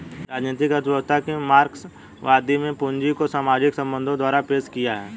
राजनीतिक अर्थव्यवस्था की मार्क्सवादी में पूंजी को सामाजिक संबंधों द्वारा पेश किया है